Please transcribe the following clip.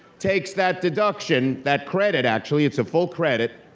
takes that deduction, that credit actually, it's a full credit.